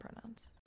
pronouns